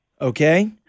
Okay